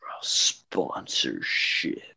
Sponsorship